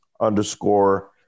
underscore